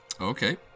Okay